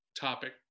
topic